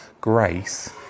grace